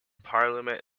parliament